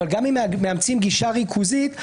אבל גם אם מאמצים גישה ריכוזית,